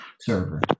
server